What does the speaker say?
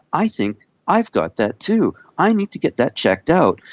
i think i've got that too, i need to get that checked out.